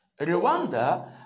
Rwanda